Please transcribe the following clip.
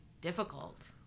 difficult